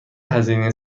هزینه